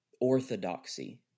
orthodoxy